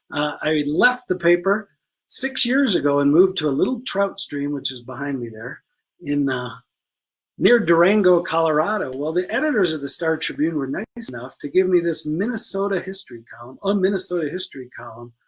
i left the paper six years ago and moved to a little trout stream which is behind me there in the near durango, colorado. well the editors of the star tribune were nice enough to give me this minnesota history column a minnesota history column